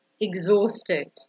exhausted